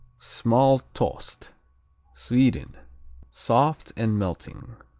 smaltost sweden soft and melting.